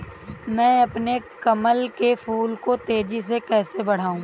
मैं अपने कमल के फूल को तेजी से कैसे बढाऊं?